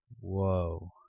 Whoa